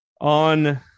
On